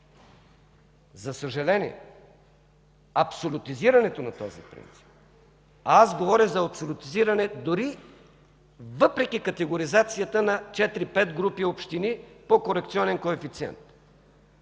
За съжаление, абсолютизирането на този принцип, а аз говоря за абсолютизиране дори въпреки категоризацията на четири-пет групи общини по корекционен коефициент,